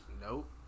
nope